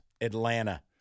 Atlanta